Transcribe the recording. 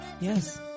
Yes